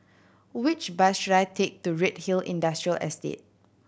which bus should I take to Redhill Industrial Estate